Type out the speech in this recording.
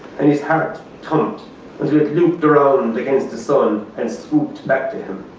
and his heart pumped and he had looped around against the sun and swooped back to him.